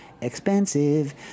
Expensive